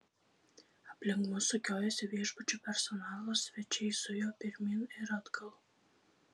aplink mus sukiojosi viešbučio personalas svečiai zujo pirmyn ir atgal